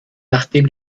nachdem